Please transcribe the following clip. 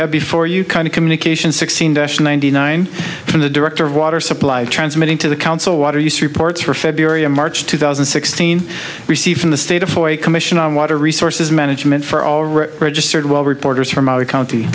have before you kind of communication sixteen dash ninety nine from the director of water supply transmitting to the council water use reports for february and march two thousand and sixteen received from the state of commission on water resources management for already registered while reporters from our county